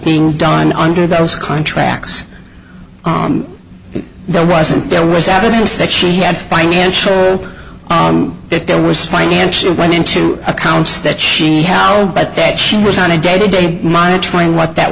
being done under those contracts there wasn't there was evidence that she had financial that there was financial going into accounts that she had but that she was on a day to day monitoring what that